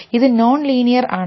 ഇത് നോൺലീനിയർ ആണ്